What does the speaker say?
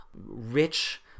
rich